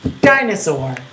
Dinosaur